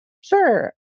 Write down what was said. Sure